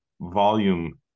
volume